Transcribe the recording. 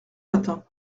matin